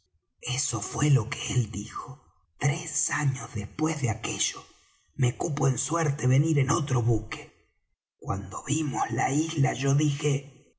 eso fué lo que él dijo tres años después de aquello me cupo en suerte venir en otro buque cuando vimos la isla yo dije